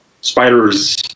spider's